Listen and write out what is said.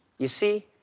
you see,